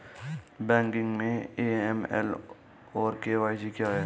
Banking में AML और KYC क्या हैं?